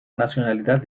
nacionalidad